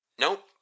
Nope